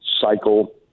cycle